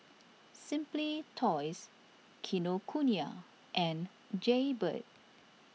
Simply Toys Kinokuniya and Jaybird